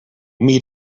meet